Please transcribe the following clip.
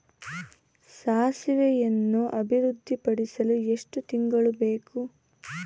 ಸಾಸಿವೆಯನ್ನು ಅಭಿವೃದ್ಧಿಪಡಿಸಲು ಎಷ್ಟು ತಿಂಗಳು ಬೇಕು?